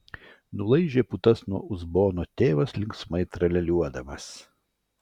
nulaižė putas nuo uzbono tėvas linksmai tralialiuodamas